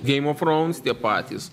game of thrones tie patys